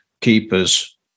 keepers